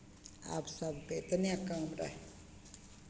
आ सभकेँ इतने काम रहय